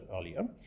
earlier